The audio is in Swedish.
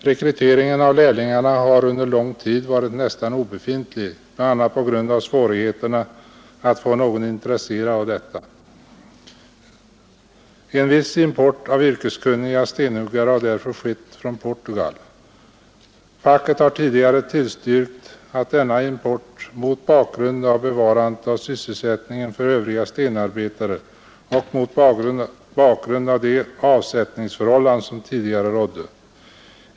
Rekryteringen av lärlingar har under lång tid varit nästan obefintlig, bl.a. på grund av svårigheten att få någon intresserad av detta arbete. En viss import av yrkeskunniga stenhuggare har därför skett från Portugal. ”Facket” har tidigare tillstyrkt denna import mot bakgrund av bevarandet av sysselsättningen för övriga stenarbetare och mot bakgrund av de avsättningsförhållanden som tidigare rådde.